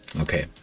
Okay